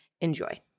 Enjoy